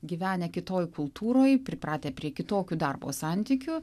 gyvenę kitoj kultūroj pripratę prie kitokių darbo santykių